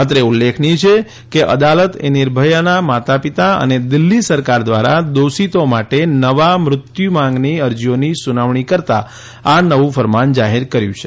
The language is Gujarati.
અત્રે ઉલ્લેખનીય છે કે અદાલત નિર્ભયાના માતા પિતા દિલ્હી સરકાર દ્વારા દોષિતો માટે નવુ મૃત્યુ માંગની અરજીઓની સુનાવણી કરતા આ નવુ ફરમાન જાહેર કર્યું છે